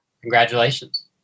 Congratulations